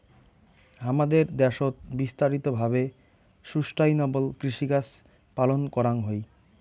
হামাদের দ্যাশোত বিস্তারিত ভাবে সুস্টাইনাবল কৃষিকাজ পালন করাঙ হই